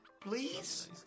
Please